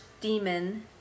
demon